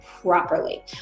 properly